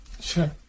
Sure